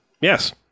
Yes